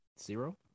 Zero